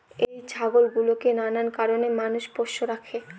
এই ছাগল গুলোকে নানান কারণে মানুষ পোষ্য রাখে